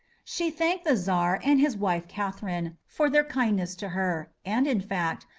she thanked the czar and his wife catherine for their kindness to her, and, in fact,